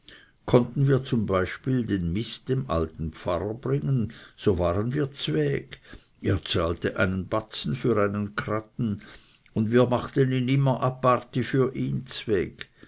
konnten wir z b den mist dem alten pfarrer bringen so waren wir z'weg er zahlte einen batzen für einen kratten und wir machten ihn immer aparti für ihn z'weg